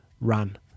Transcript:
run